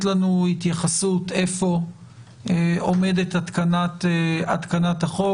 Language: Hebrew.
לנו התייחסות איפה עומדת התקנת החוק.